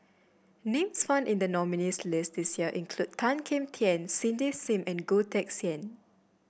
names found in the nominees' list this year include Tan Kim Tian Cindy Sim and Goh Teck Sian